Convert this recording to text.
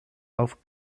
auf